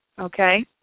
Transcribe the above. okay